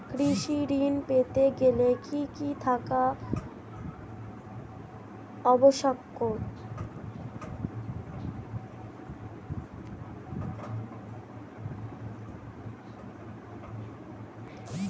কৃষি ঋণ পেতে গেলে কি কি থাকা আবশ্যক?